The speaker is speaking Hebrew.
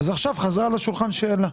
אז עכשיו חזרה על השולחן שאלה.